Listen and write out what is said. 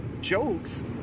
jokes